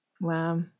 Wow